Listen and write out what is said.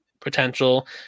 potential